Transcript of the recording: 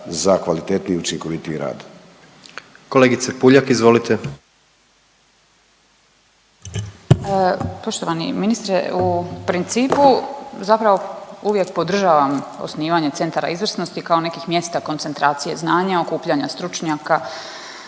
izvolite. **Puljak, Marijana (Centar)** Poštovani ministre u principu zapravo uvijek podržavam osnivanje centara izvrsnosti kao nekih mjesta koncentracije znanja, okupljanja stručnjaka